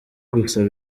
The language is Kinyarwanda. gusaba